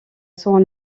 sont